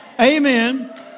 amen